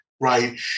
right